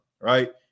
right